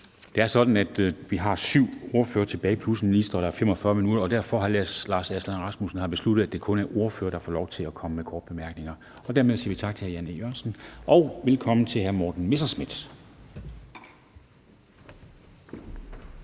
Det er sådan, at der er syv ordførere tilbage i rækken plus en minister, og vi har 45 minutter, og derfor, hr. Lars Aslan Rasmussen, har jeg besluttet, at det kun er ordførere, der får lov til at komme med korte bemærkninger. Dermed siger vi tak til hr. Jan E. Jørgensen og velkommen til hr. Morten Messerschmidt.